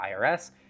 IRS